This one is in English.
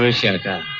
ah shakka?